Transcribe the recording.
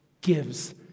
gives